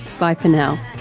bye for now